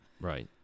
Right